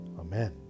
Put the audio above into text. Amen